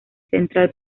central